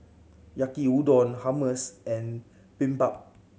Yaki Udon Hummus and Bibimbap